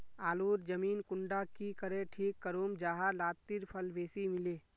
आलूर जमीन कुंडा की करे ठीक करूम जाहा लात्तिर फल बेसी मिले?